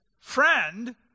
friend